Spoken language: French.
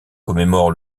commémore